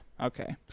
Okay